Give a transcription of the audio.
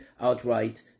outright